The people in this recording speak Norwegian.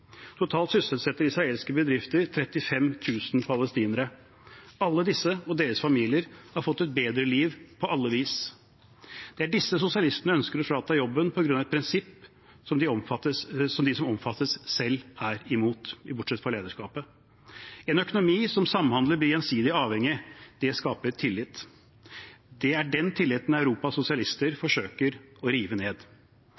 Totalt sysselsetter israelske bedrifter 35 000 palestinere. Alle disse, og deres familier, har fått et bedre liv på alle vis. Det er disse sosialistene ønsker å frata jobben på grunn av et prinsipp som de som omfattes, selv er imot – bortsett fra lederskapet. En økonomi som samhandler, blir gjensidig avhengig. Det skaper tillit. Det er den tilliten Europas sosialister